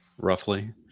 Roughly